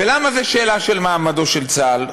ולמה זה שאלה של מעמדו של צה"ל?